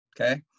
okay